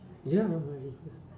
ya alright